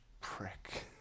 prick